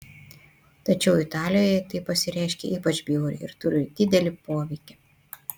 tačiau italijoje tai pasireiškia ypač bjauriai ir turi didelį poveikį